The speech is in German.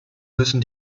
müssen